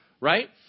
right